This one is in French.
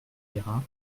guérin